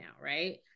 right